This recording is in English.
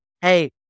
hey